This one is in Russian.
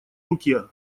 руке